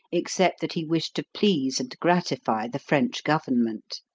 except that he wished to please and gratify the french government.